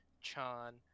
Chan